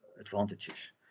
advantages